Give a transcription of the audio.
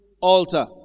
altar